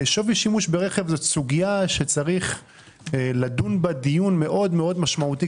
שווי שימוש ברכב זו סוגיה שצריך לדון בה דיון מאוד משמעותי.